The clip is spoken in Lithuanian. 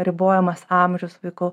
ribojamas amžius vaikų